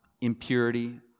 impurity